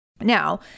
Now